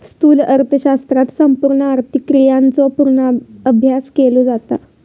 स्थूल अर्थशास्त्रात संपूर्ण आर्थिक क्रियांचो पूर्ण अभ्यास केलो जाता